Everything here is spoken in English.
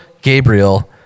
Gabriel